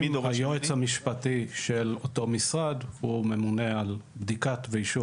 היועץ המשפטי של אותו משרד הוא ממונה על בדיקה ואישור